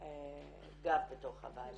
גב בתוך הוועדה?